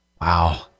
Wow